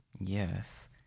yes